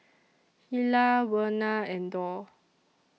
Hilah Werner and Dorr